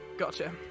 Gotcha